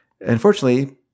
unfortunately